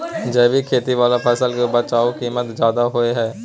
जैविक खेती वाला फसल के बाजारू कीमत ज्यादा होय हय